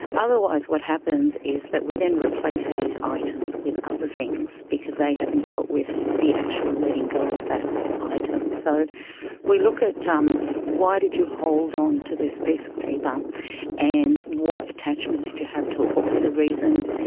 otherwise what happens is that we then replace these items with other things because they haven't dealt with the actual letting go of that item. so we look at um why did you hold on to this piece of paper and what attachment did you have to it, what were the reasons,